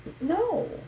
no